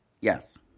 Yes